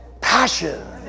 passion